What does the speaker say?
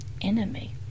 enemy